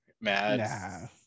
Mad